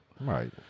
Right